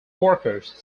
workers